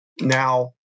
now